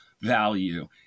value